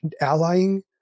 allying